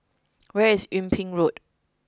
where is Yung Ping Road